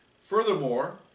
Furthermore